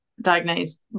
diagnosed